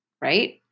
right